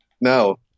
No